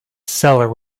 seller